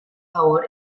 favor